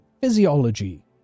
physiology